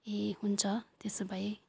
ए हुन्छ त्यसो भए